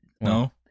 no